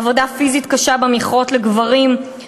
עבודה פיזית קשה במכרות לגברים".